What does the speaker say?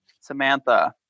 Samantha